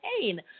pain